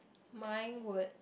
mine would